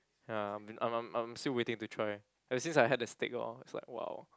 ya I'm I'm I'm still waiting to try ever since I had the steak lor it's like !wow!